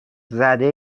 زده